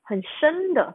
很深的